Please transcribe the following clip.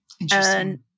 Interesting